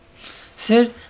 Sir